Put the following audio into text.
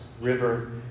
river